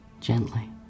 gently